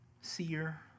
seer